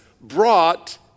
brought